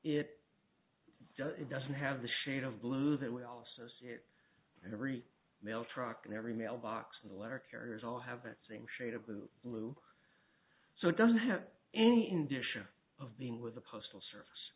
does it doesn't have the shade of blue that we all associate every mail truck and every mailbox in the letter carriers all have that same shade of blue blue so it doesn't have any indication of being with the postal service